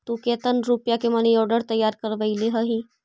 तु केतन रुपया के मनी आर्डर तैयार करवैले हहिं?